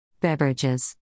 Beverages